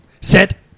Set